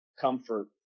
comfort